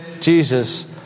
Jesus